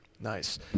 Nice